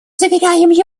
заверяем